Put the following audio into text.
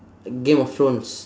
game of thrones